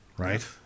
Right